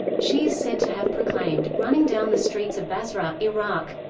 she is said to have proclaimed, running down the streets of basra, iraq